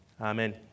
Amen